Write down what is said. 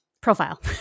profile